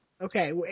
Okay